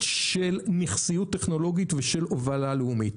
של נכסיות טכנולוגית ושל הובלה לאומית.